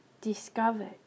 discovered